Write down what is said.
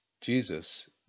Jesus